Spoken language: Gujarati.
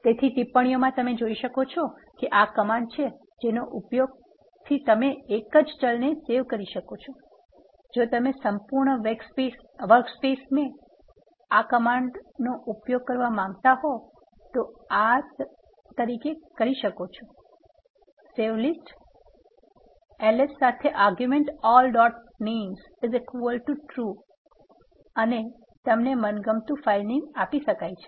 તેથી ટિપ્પણીઓમાં તમે જોઈ શકો છો કે આ કમાન્ડ છે જેનો ઉપયોગ થી તમે એક જ ચલને સેવ કરી શકો છો જો તમે સંપૂર્ણ વર્કસ્પેસમ આ કમાન્ડનો ઉપયોગ કરવા માંગતા હોય તો આ તરીકે કરી શકો છો સેવ લિસ્ટ 1s સાથે argument all dot names true અને તમને મનગમતુ ફાઇલ નેમ આપી શકય છે